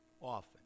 Often